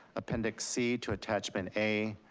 appendix c to attachment a,